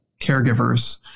caregivers